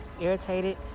Irritated